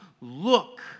Look